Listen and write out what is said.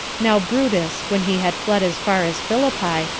now brutus, when he had fled as far as philippi,